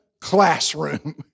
classroom